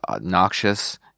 noxious